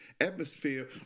atmosphere